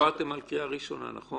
אתם דיברתם על קריאה ראשונה, נכון?